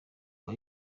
aba